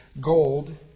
gold